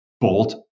bolt